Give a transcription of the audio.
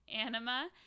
Anima